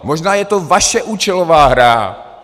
Možná je to vaše účelová hra.